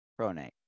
Pronate